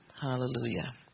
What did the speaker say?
Hallelujah